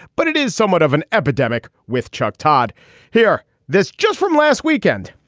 but it is somewhat of an epidemic with chuck todd here this just from last weekend,